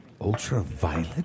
Ultraviolet